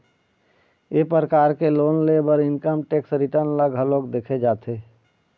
ए परकार के लोन बर इनकम टेक्स रिटर्न ल घलोक देखे जाथे